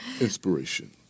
inspiration